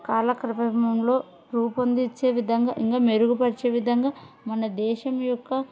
కాలక్రమంలో రూపొందించే విధంగా ఇంకా మెరుగుపరచే విధంగా మన దేశం యొక్క